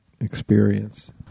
experience